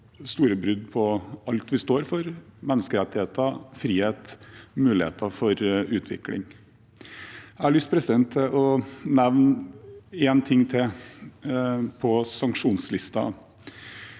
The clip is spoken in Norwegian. store brudd på alt vi står for: menneskerettigheter, frihet, muligheter for utvikling. Jeg har lyst til å nevne én ting til på sanksjonslisten.